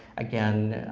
again,